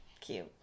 cute